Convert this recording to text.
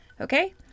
okay